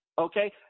Okay